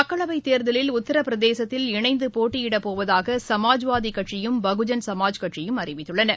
மக்களவைத் தேர்தலில் உத்திரபிரதேசத்தில் இணைந்து போட்டியிடப் போவதாக சமாஜ்வாதிக் கட்சியும் பகுஜன் சமாஜ் கட்சியும் அறிவித்துள்ளன